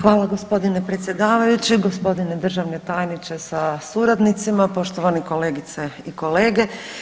Hvala g. predsjedavajući, g. državni tajniče sa suradnicima, poštovane kolegice i kolege.